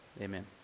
amen